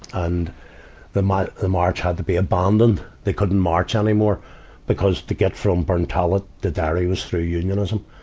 and the ma, the march had to be abandoned they couldn't march anymore because to get from burntollet to derry was through unionism.